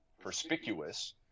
perspicuous